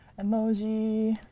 emoji.